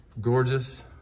gorgeous